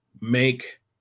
make